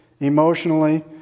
emotionally